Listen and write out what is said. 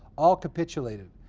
all capitulated.